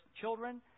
children